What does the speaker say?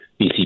BC